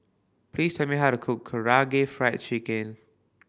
please tell me how to cook Karaage Fried Chicken